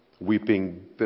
weeping